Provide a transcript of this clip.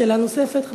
שאלה נוספת.